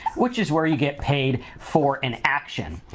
which is where you get paid for an action,